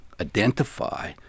identify